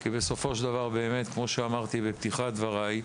כי בסופו של דבר, כמו שאמרתי בפתיחת דבריי,